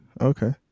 okay